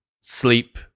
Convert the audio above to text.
sleep